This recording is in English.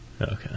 Okay